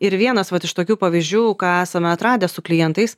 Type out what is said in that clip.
ir vienas iš tokių pavyzdžių ką esame atradę su klientais